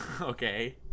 Okay